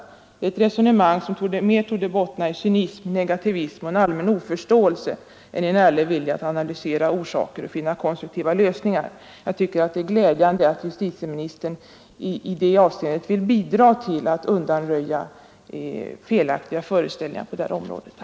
Det är ett resonemang som mera torde bottna i cynism, negativism och en allmän oförståelse än i en ärlig vilja att analysera orsaker och finna konstruktiva lösningar i abortfrågan. Jag finner det glädjande att justitieministern vill bidraga till att undanröja felaktiga föreställningar i det avseendet.